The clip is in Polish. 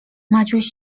maciuś